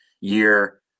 year